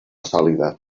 sòlida